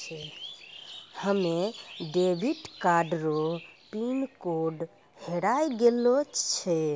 हमे debit card रो pin code हेराय गेलो छै